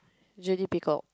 J D Peacock